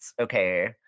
Okay